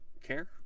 care